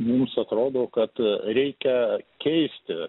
mums atrodo kad reikia keisti